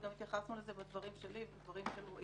אנחנו התייחסנו לזה בדברים שלי ובדברים של רועי.